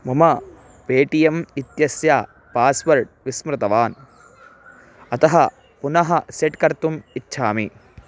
मम पेटियम् इत्यस्य पास्वर्ड् विस्मृतवान् अतः पुनः सेट् कर्तुम् इच्छामि